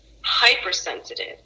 hypersensitive